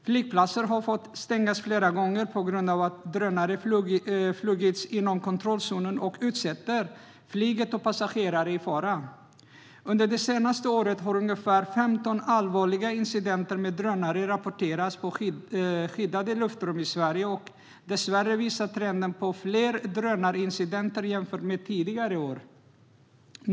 Flygplatser har fått stängas flera gånger på grund av att drönare har flugits inom kontrollzonen och utsatt flyget och passagerare för fara. Under det senaste året har ungefär 15 allvarliga incidenter med drönare rapporterats i skyddade luftrum i Sverige, och dessvärre visar trenden på fler drönarincidenter jämfört med tidigare år.